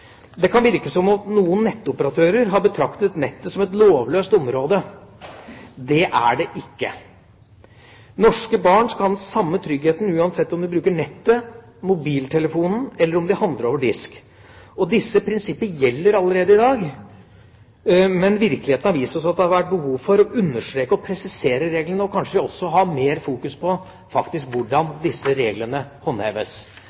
Det kan virke som om noen nettoperatører har betraktet nettet som et lovløst område. Det er det ikke. Norske barn skal ha den samme tryggheten uansett om de bruker nettet, mobiltelefonen eller om de handler over disk. Disse prinsipper gjelder allerede i dag, men virkeligheten har vist oss at det har vært behov for å understreke og presisere reglene, og kanskje også ha mer fokus på hvordan disse reglene faktisk håndheves.